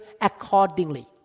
accordingly